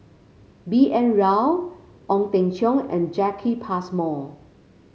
B N Rao Ong Teng Cheong and Jacki Passmore